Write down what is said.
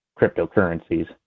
cryptocurrencies